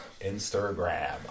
Instagram